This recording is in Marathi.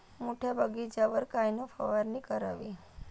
मोठ्या बगीचावर कायन फवारनी करावी?